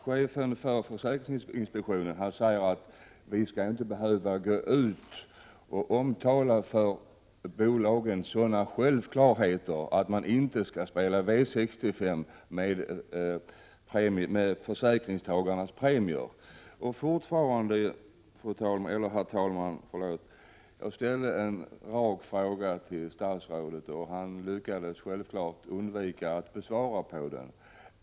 Chefen för försäkringsinspektionen säger att den inte skall behöva 9 gå ut och tala om för bolagen sådana självklarheter som att man inte skall spela V 65 med försäkringstagarnas premier. Herr talman! Jag ställde en rak fråga till statsrådet, och han lyckades självklart undvika att svara på den.